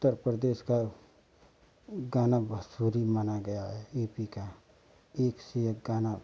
उत्तर प्रदेश का गाना बहुत सूरी माना गया है यू पी का एक से एक गाना